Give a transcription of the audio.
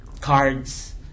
Cards